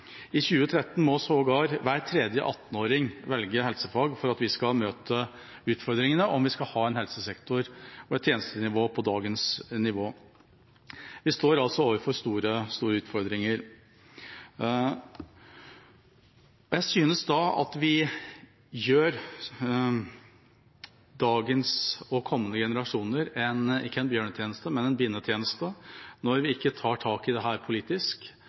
I 2030 må sågar hver tredje 18-åring velge helsefag for at vi skal kunne møte utfordringene – om vi skal ha en helsesektor og en tjeneste på dagens nivå. Vi står altså overfor store utfordringer. Jeg synes da at vi gjør dagens og kommende generasjoner, ikke en bjørnetjeneste, men en binnetjeneste når vi ikke tar tak i dette politisk.